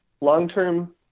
long-term